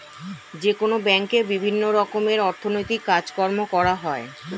যেকোনো ব্যাঙ্কে বিভিন্ন রকমের অর্থনৈতিক কাজকর্ম করা হয়